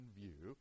view